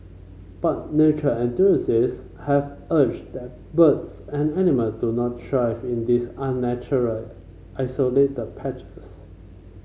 but nature enthusiasts have argued that birds and animal do not thrive in these unnatural isolated patches